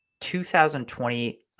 2020